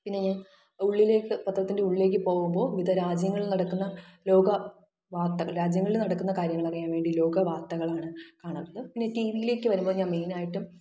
പിന്നെ ഞാൻ ഉള്ളിലേയ്ക്ക് പത്രത്തിൻ്റെ ഉള്ളിലേയ്ക്ക് പോകുമ്പോൾ വിവിധ രാജ്യങ്ങളിൽ നടക്കുന്ന ലോക വാർത്തകൾ രാജ്യങ്ങളിൽ നടക്കുന്ന കാര്യങ്ങളറിയാൻ വേണ്ടി ലോക വാർത്തകളാണ് കാണാറുള്ളത് പിന്നെ ടിവിയിലേക്ക് വരുമ്പോൾ ഞാൻ മെയ്നായിട്ടും